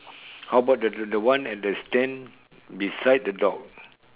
how about the the the one at the stand beside the dog